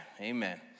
amen